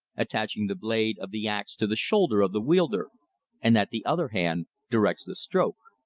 attaching the blade of the ax to the shoulder of the wielder and that the other hand directs the stroke.